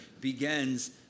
begins